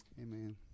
Amen